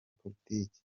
politiki